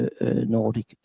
nordic